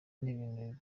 n’ibintu